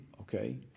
okay